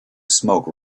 smoke